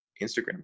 Instagram